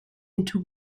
into